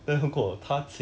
ya